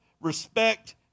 respect